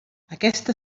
aquesta